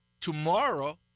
tomorrow